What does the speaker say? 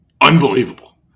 unbelievable